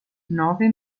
nove